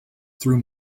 through